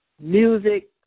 Music